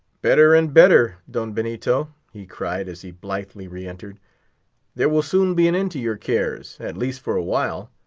better and better, don benito, he cried as he blithely re-entered there will soon be an end to your cares, at least for awhile.